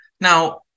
Now